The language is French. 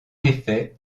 effet